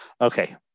Okay